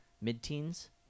mid-teens